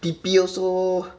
T_P also